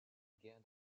guerre